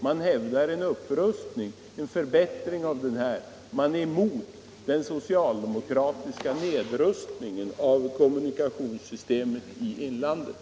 Man kräver upprustning och förbättring, man är emot den socialdemokratiska nedrustningen av kommunikationssystemet i inlandet.